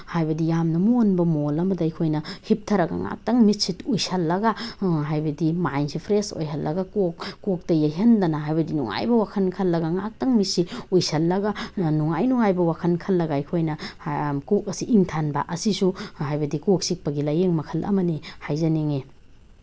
ꯍꯥꯏꯕꯗꯤ ꯌꯥꯝꯅ ꯃꯣꯟꯕ ꯃꯣꯜ ꯑꯃꯗ ꯑꯩꯈꯣꯏꯅ ꯍꯤꯞꯊꯔꯒ ꯉꯥꯛꯇꯪ ꯃꯤꯠꯁꯦ ꯎꯏꯁꯤꯜꯂꯒ ꯍꯥꯏꯕꯗꯤ ꯃꯥꯏꯟꯁꯦ ꯐ꯭ꯔꯦꯁ ꯑꯣꯏꯍꯜꯂꯒ ꯀꯣꯛ ꯀꯣꯛꯇ ꯌꯩꯍꯟꯗꯅ ꯍꯥꯏꯕꯗꯤ ꯅꯨꯡꯉꯥꯏꯕ ꯋꯥꯈꯜ ꯈꯜꯂꯒ ꯉꯍꯥꯛꯇꯪ ꯃꯤꯠꯁꯤ ꯎꯏꯁꯤꯜꯂꯒ ꯅꯨꯡꯉꯥꯏ ꯅꯨꯡꯉꯥꯏꯕ ꯋꯥꯈꯜ ꯈꯜꯂꯒ ꯑꯩꯈꯣꯏꯅ ꯀꯣꯛ ꯑꯁꯤ ꯏꯪꯊꯍꯟꯕ ꯑꯁꯤꯁꯨ ꯍꯥꯏꯕꯗꯤ ꯀꯣꯛ ꯆꯤꯛꯄꯒꯤ ꯂꯥꯏꯌꯦꯡ ꯃꯈꯜ ꯑꯃꯅꯤ ꯍꯥꯏꯖꯅꯤꯡꯉꯤ